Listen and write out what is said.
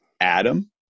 Adam